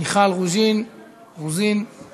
מיכל רוזין ועיסאווי פריג'.